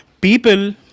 people